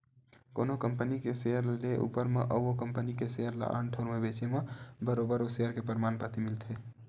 कोनो कंपनी के सेयर ल लेए ऊपर म अउ ओ कंपनी के सेयर ल आन ठउर म बेंचे म बरोबर ओ सेयर के परमान पाती मिलथे